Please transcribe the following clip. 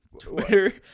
twitter